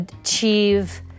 achieve